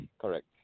Correct